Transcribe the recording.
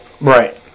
Right